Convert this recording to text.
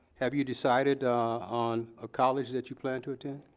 have you decided on a college that you plan to attend?